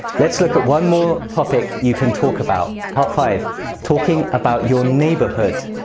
let's look at one more topic you can talk about. part five talking about your neighbourhood.